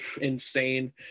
insane